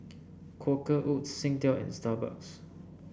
Quaker Oats Singtel and Starbucks